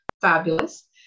Fabulous